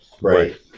Right